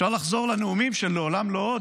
אפשר לחזור גם לנאומים של "לעולם לא עוד"